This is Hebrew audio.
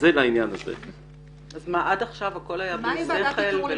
אז עד עכשיו הכול היה בלי שכל?